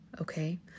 Okay